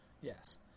yes